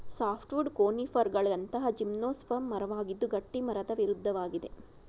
softwood ಕೋನಿಫರ್ಗಳಂತಹ gymnosperm ಮರವಾಗಿದ್ದು ಗಟ್ಟಿಮರದ ವಿರುದ್ಧವಾಗಿದೆ